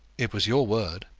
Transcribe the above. it was your word.